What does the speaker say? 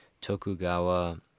Tokugawa